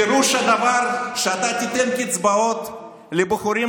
פירוש הדבר שאתה תיתן קצבאות לבחורים